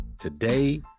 Today